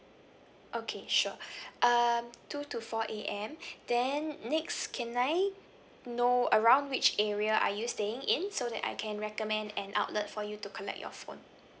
okay sure um two to four A_M then next can I know around which area are you staying in so that I can recommend an outlet for you to collect your phone